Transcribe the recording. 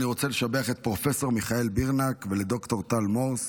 אני רוצה לשבח את פרופ' מיכאל בירנהק וד"ר טל מורס